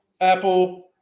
apple